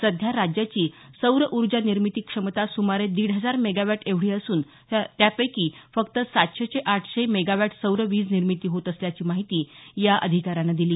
सध्या राज्याची सौर ऊर्जा निर्मिती क्षमता सुमारे दीड हजार मेगावॅट एवढी असून त्यापैकी फक्त सातशे ते आठशे मेगावॅट सौर वीज निर्मिती होत असल्याची माहिती या अधिकाऱ्यानं दिली